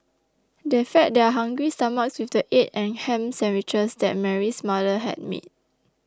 they fed their hungry stomachs with the egg and ham sandwiches that Mary's mother had made